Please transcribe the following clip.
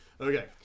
Okay